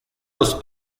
los